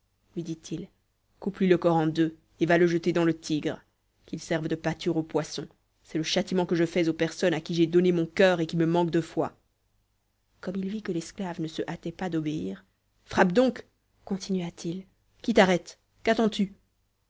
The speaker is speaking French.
lui dit-il coupe lui le corps en deux et va le jeter dans le tigre qu'il serve de pâture aux poissons c'est le châtiment que je fais aux personnes à qui j'ai donné mon coeur et qui me manquent de foi comme il vit que l'esclave ne se hâtait pas d'obéir frappe donc continua-t-il qui t'arrête qu'attends-tu